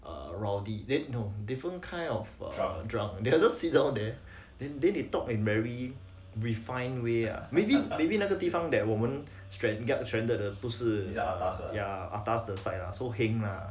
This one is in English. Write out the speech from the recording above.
err rowdy eh no different kind of drunk they just sit down there then they talk in very refine way ah maybe maybe 那个地方 that 我们 got got stranded 的不是 ya atas the side so heng ah